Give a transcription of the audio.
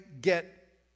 get